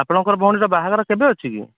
ଆପଣଙ୍କ ଭଉଣୀର ବାହାଘର କେବେ ଅଛି କି